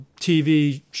TV